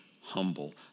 humble